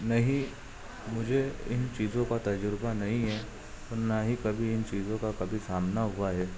نہیں مجھے ان چیزوں کا تجربہ نہیں ہے نہ ہی کبھی ان چیزوں کا کبھی سامنا ہوا ہے